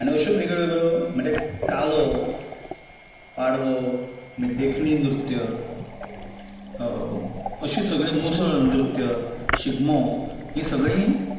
आनी अश्योच वेग वेगळ्यो म्हणजे कालो पाडवो मागीर देखणी नृत्य अशें सगळ्यो मुसळ नृत्य शिगमो ही सगळी